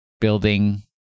building